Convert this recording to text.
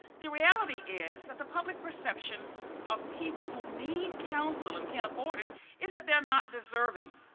the reality is that the public perception of people who need counsel and can't afford it is that they are not deserving.